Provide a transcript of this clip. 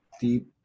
deep